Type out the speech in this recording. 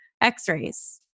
x-rays